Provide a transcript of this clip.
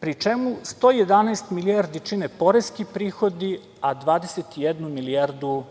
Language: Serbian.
pri čemu 111 milijardi čine poreski prihodi, a 21 milijardu